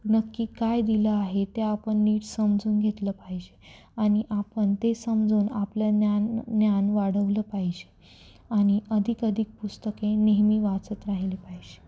नक्की काय दिलं आहे ते आपण नीट समजून घेतलं पाहिजे आणि आपण ते समजून आपलं ज्ञान ज्ञान वाढवलं पाहिजे आणि अधिकाधिक पुस्तके नेहमी वाचत राहिले पाहिजे